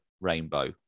Rainbow